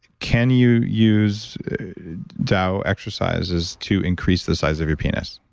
can you use tao exercises to increase the size of your penis?